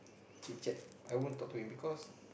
chit-chat I won't talk to him because